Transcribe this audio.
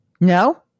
No